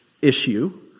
issue